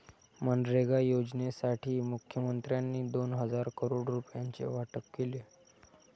मनरेगा योजनेसाठी मुखमंत्र्यांनी दोन हजार करोड रुपयांचे वाटप केले